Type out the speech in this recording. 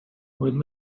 would